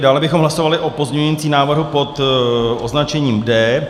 Dále bychom hlasovali o pozměňujícím návrhu pod označením D.